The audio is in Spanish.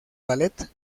ballet